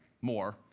more